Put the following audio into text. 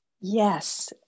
Yes